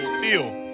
feel